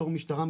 בתור משטרה,